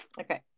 Okay